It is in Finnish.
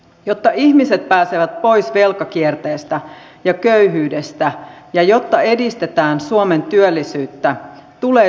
jotta ihmiset pääsevät pois velkakierteestä ja köyhyydestä ja jotta edistetään suomen työllisyyttä tulee suojaosuutta kasvattaa